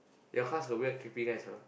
your class got weird creepy guys not